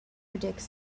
predicts